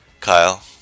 Kyle